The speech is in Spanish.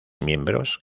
miembros